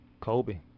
Kobe